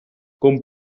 con